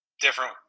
different